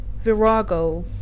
Virago